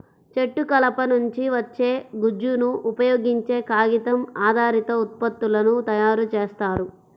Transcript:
చెట్టు కలప నుంచి వచ్చే గుజ్జును ఉపయోగించే కాగితం ఆధారిత ఉత్పత్తులను తయారు చేస్తారు